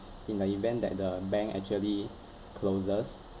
in the event that the bank actually closes